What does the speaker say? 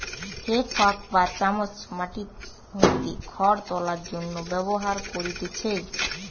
হে fork বা চামচ মাটি হইতে খড় তোলার জন্য ব্যবহার করতিছে